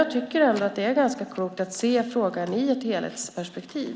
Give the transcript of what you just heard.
Jag tycker ändå att det är ganska klokt att se frågan i ett helhetsperspektiv.